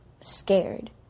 scared